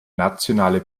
nationale